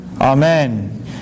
Amen